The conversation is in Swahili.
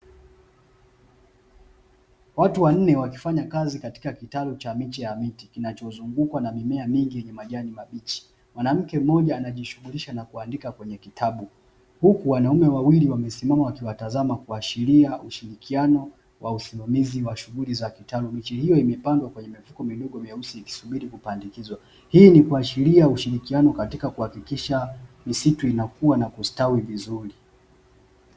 Watu wanne wakifanya kazi katika kitalu cha miche ya miti kinachozungukwa na mimea mingi yenye majani mabichi, mwanamke mmoja anajishughulisha na kuandika kwenye kitabu. Huku wanaume wawili wamesimama wakiwatazama kuashiria ushirikiano wa usimamizi wa shughuli za kitalu, miche hiyo imepandwa kwenye mifuko midogo meusi ikisubiri kupandikizwa, hii ni kuashiria ushirikiano katika kuhakikisha misitu inastawi na kukua vizuri.